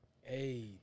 Hey